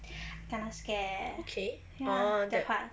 kena scare eh ya that part